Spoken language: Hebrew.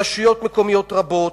ברשויות מקומיות רבות,